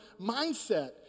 mindset